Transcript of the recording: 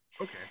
okay